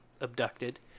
abducted